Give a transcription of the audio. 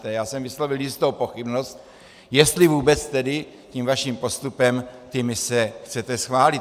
Já jsem vyslovil jistou pochybnost, jestli vůbec tedy tím vaším postupem ty mise chcete schválit.